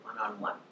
one-on-one